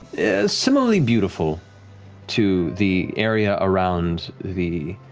similarly beautiful to the area around the